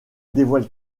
dévoile